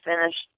finished